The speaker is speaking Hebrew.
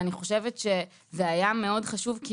וזה היה מאוד חשוב,